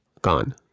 gone